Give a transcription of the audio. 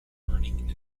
burning